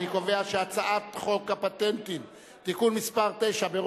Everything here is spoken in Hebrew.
אני קובע שהצעת חוק הפטנטים (תיקון מס' 9),